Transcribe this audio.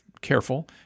careful